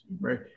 Right